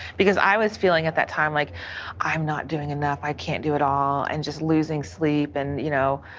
because i was feeling at that time like i am not doing enough. i can't do it all, and just losing sleep, and you know,